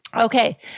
Okay